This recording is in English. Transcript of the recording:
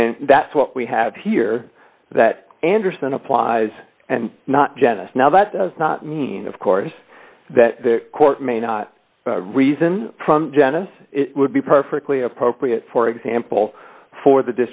and that's what we have here that anderson applies and not genesis now that does not mean of course that the court may not reason from genesis it would be perfectly appropriate for example for the